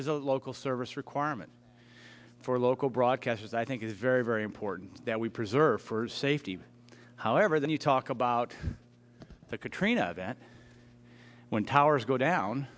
is a local service requirement for local broadcasters that i think is very very important that we preserve for safety however then you talk about the katrina that when towers go down